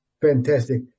Fantastic